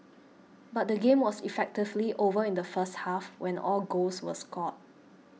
but the game was effectively over in the first half when all goals were scored